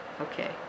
Okay